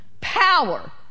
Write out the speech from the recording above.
Power